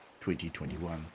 2021